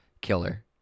killer